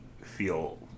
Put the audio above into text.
feel